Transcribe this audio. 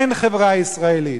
אין חברה ישראלית.